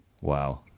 Wow